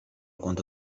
quanto